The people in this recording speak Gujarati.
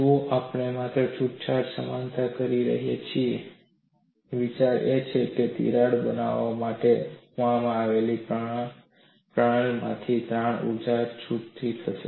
જુઓ આપણે માત્ર છૂટછાટ સમાનતા કરી રહ્યા છીએ વિચાર એ છે કે તિરાડો બનાવવા માટે આપવામાં આવેલી પ્રણાલીમાંથી તાણ ઊર્જા છૂટી જશે